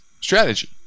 strategy